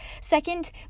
Second